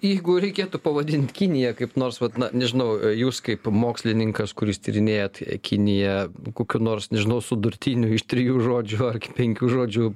jeigu reikėtų pavadint kiniją kaip nors vat na nežinau jūs kaip mokslininkas kuris tyrinėjat kiniją kokiu nors nežinau sudurtiniu iš trijų žodžių ar penkių žodžių